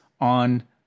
on